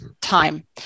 time